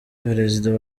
perezida